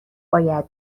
باید